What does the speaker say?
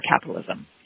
capitalism